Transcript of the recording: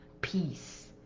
peace